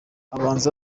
abahanzi